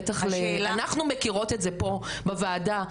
אנחנו מכירות את זה פה בוועדה.